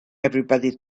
everybody